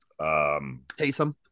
Taysom